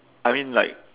I mean like